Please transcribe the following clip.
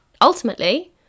ultimately